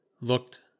looked